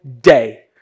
day